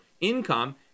income